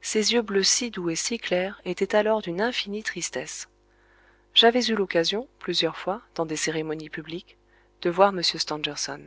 ses yeux bleus si doux et si clairs étaient alors d'une infinie tristesse j'avais eu l'occasion plusieurs fois dans des cérémonies publiques de voir m stangerson